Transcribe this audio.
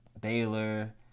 Baylor